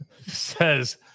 says